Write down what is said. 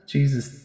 Jesus